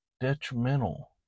detrimental